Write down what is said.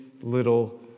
little